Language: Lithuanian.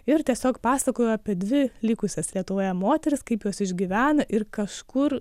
ir tiesiog pasakoju apie dvi likusias lietuvoje moteris kaip jos išgyvena ir kažkur